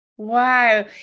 Wow